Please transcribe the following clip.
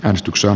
äänestyksen